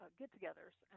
get-togethers